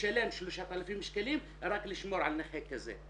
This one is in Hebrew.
ישלם 3,000 שקלים רק לשמור על נכה כזה,